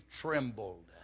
trembled